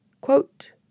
quote